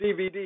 DVD